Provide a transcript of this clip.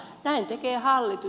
näin tekee hallitus